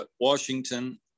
Washington